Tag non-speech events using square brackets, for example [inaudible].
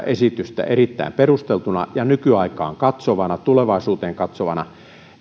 [unintelligible] esitystä erittäin perusteltuna ja nykyaikaan katsovana tulevaisuuteen katsovana